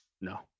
No